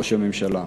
ראש הממשלה,